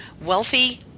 wealthy